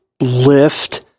lift